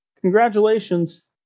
Congratulations